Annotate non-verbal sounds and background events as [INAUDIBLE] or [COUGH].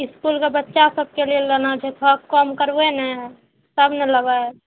इसकुलके बच्चा सभके लेल लेनाइ छै [UNINTELLIGIBLE] कम करबै ने तब ने लेबै